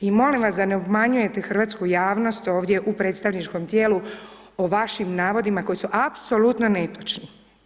I molim vas da ne obmanjujete hrvatsku javnost ovdje u predstavničkom tijelu o vašim navodima, koji su apsolutno netočni.